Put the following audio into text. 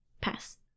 Pass